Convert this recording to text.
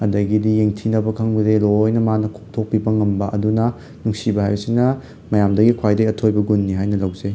ꯑꯗꯒꯤꯗꯤ ꯌꯦꯡꯊꯤꯅꯕ ꯈꯪꯕꯗꯩ ꯂꯣꯏꯅ ꯃꯥꯅ ꯀꯣꯛꯊꯣꯛꯄꯤꯕ ꯉꯝꯕ ꯑꯗꯨꯅ ꯅꯨꯡꯁꯤꯕ ꯍꯥꯏꯕꯁꯤꯅ ꯃꯌꯥꯝꯗꯒꯤ ꯈ꯭ꯋꯥꯏꯗꯒꯤ ꯑꯊꯣꯏꯕ ꯒꯨꯟꯅꯤ ꯍꯥꯏꯅ ꯂꯧꯖꯩ